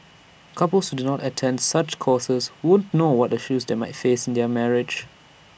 couples who don't attend such courses won't know what issues they might face in their marriage